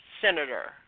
senator